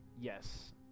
Yes